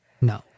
No